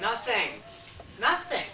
nothing nothing